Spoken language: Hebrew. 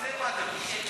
אתם, מה אתם רוצים?